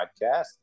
podcast